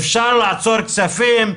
אפשר לעצור כספים,